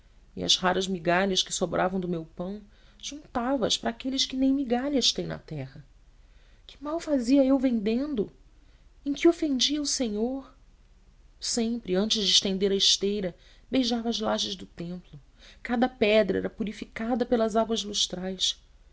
e as raras migalhas que sobravam do meu pão juntava as para aqueles que nem migalhas têm na terra que mal fazia eu vendendo em que ofendia o senhor sempre antes de estender a esteira beijava as lajes do templo cada pedra era purificada pelas águas lustrais